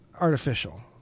artificial